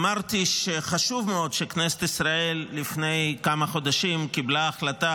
אמרתי שחשוב מאוד שכנסת ישראל לפני כמה חודשים קיבלה החלטה,